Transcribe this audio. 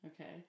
Okay